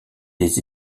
des